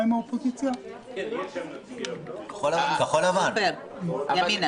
נציג ימינה.